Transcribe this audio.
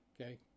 Okay